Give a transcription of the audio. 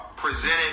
presented